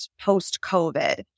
post-COVID